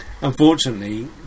Unfortunately